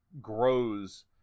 grows